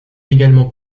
également